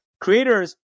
Creators